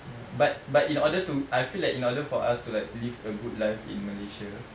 but but in order to I feel like in order for us to like live a good life in malaysia